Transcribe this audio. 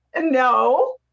no